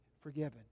forgiven